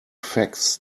facts